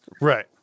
right